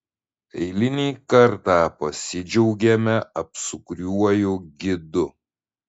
eilinį kartą pasidžiaugiame apsukriuoju gidu